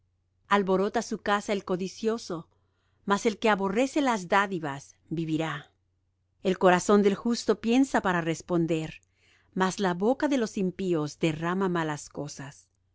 alborota su casa el codicioso mas el que aborrece las dádivas vivirá el corazón del justo piensa para responder mas la boca de los impíos derrama malas cosas lejos